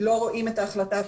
לא רואים את ההחלטה עצמה,